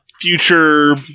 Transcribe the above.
future